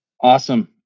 Awesome